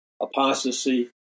apostasy